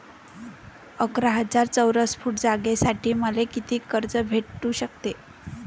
अकरा हजार चौरस फुट जागेसाठी मले कितीक कर्ज भेटू शकते?